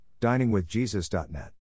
DiningWithJesus.net